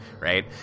right